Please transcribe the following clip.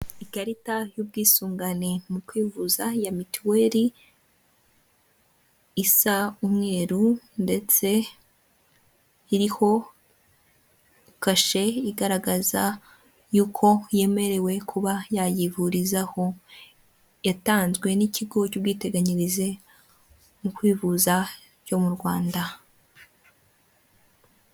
Ikarita y'ubwisungane mu kwivuza ya mituweli isa umweru ndetse iriho kashe igaragaza yuko yemerewe kuba yayivurizaho yatanzwe n'ikigo cy'ubwiteganyirize mu kwivuza cyo mu rwanda.